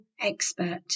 expert